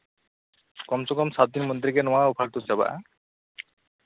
ᱠᱚᱢ ᱥᱮ ᱠᱚᱢ ᱥᱟᱛ ᱫᱤᱱ ᱢᱚᱫᱽᱫᱷᱮ ᱨᱮᱜᱮ ᱱᱚᱣᱟ ᱚᱯᱷᱟᱨ ᱫᱚ ᱪᱟᱵᱟᱜᱼᱟ